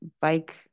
bike